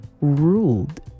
ruled